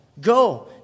Go